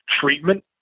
treatment